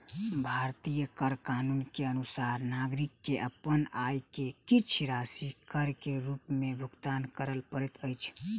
भारतीय कर कानून के अनुसार नागरिक के अपन आय के किछ राशि कर के रूप में भुगतान करअ पड़ैत अछि